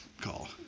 call